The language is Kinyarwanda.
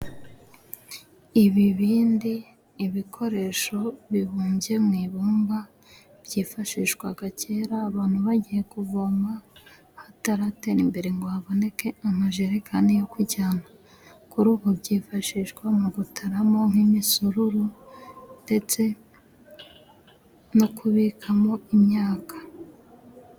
Ibibindi, ibikoresho bibumbye mu ibumba byifashishwaga kera abantu bagiye kuvoma, hataratera imbere ngo haboneke amajerekani yo ku kujyana. Kuri ubu byifashishwa mu gutaramo nk'imisururu, ndetse no kubikamo imyaka.